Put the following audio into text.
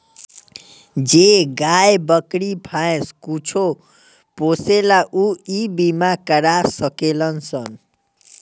जे गाय, बकरी, भैंस कुछो पोसेला ऊ इ बीमा करा सकेलन सन